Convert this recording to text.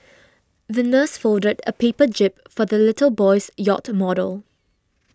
the nurse folded a paper jib for the little boy's yacht model